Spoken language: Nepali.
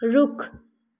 रुख